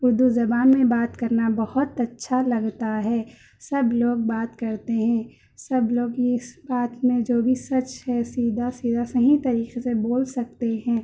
اردو زبان میں بات کرنا بہت اچھا لگتا ہے سب لوگ بات کرتے ہیں سب لوگ یہ اس بات میں جو بھی سچ ہے سیدھا سیدھا صحیح طریقے سے بول سکتے ہیں